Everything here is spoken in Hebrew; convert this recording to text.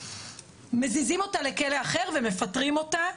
מזיזים אותה לכלא אחר ומפטרים אותה,